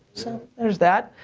so, there's that.